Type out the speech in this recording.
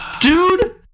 Dude